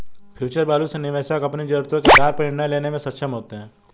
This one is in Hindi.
फ्यूचर वैल्यू से निवेशक अपनी जरूरतों के आधार पर निर्णय लेने में सक्षम होते हैं